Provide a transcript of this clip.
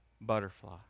butterfly